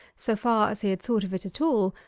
so far as he had thought of it at all,